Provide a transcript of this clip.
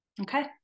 okay